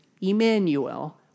Emmanuel